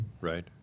right